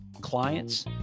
clients